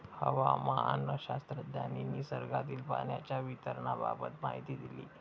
हवामानशास्त्रज्ञांनी निसर्गातील पाण्याच्या वितरणाबाबत माहिती दिली